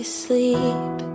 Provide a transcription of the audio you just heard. sleep